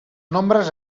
nombres